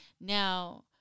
Now